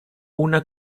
una